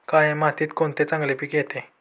काळ्या मातीत कोणते पीक चांगले येते?